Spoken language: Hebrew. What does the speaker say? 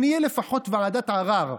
שנהיה לפחות ועדת ערר,